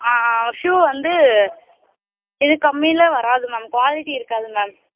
shoe வந்து இதுக்கு கம்மியில் வராது மேம் குவாலிட்டி இருக்காது மேம்